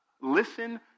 listen